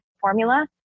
formula